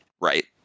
right